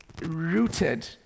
rooted